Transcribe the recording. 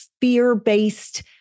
fear-based